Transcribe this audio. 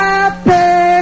Happy